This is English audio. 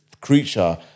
creature